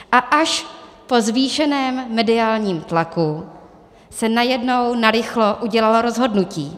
A až po zvýšeném mediálním tlaku se najednou narychlo udělalo rozhodnutí.